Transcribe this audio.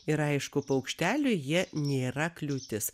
ir aišku paukšteliui jie nėra kliūtis